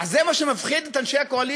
אז זה מה שמפחיד את אנשי הקואליציה?